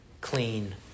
clean